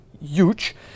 huge